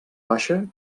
baixa